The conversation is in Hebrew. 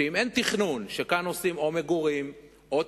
שאם אין תכנון, שכאן עושים או מגורים או תעשייה,